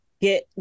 get